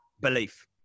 belief